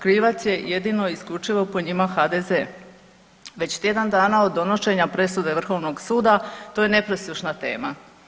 Krivac je jedino i isključivo po njima HDZ, već tjedan dana od donošenja presude Vrhovnog suda to je nepresušna tema.